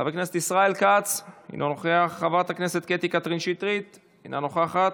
חבר הכנסת ישראל כץ, אינו נוכח,